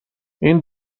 این